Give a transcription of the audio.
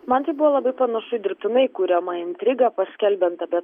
man tai buvo labai panašu į dirbtinai kuriamą intrigą paskelbiant apie